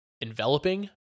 enveloping